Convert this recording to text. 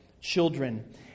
children